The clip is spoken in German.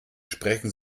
sprechen